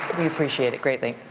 we appreciate it greatly.